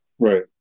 Right